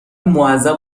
معذب